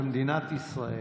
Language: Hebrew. במדינת ישראל.